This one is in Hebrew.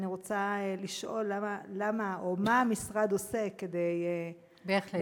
אני רוצה לשאול: מה המשרד עושה כדי, בהחלט.